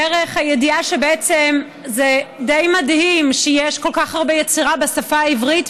דרך הידיעה שבעצם זה מדהים שיש כל כך הרבה יצירה בשפה העברית,